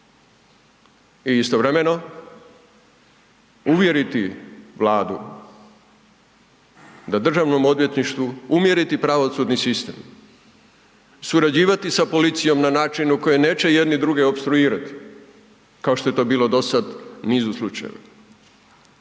I istovremeno, uvjeriti Vladu da državnom odvjetništvu, uvjeriti pravosudni sistem, surađivati s policijom na načinu koji neće jedni druge opstruirati kao što je to bilo dosad u nizu slučajeva